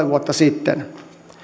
vuotta sitten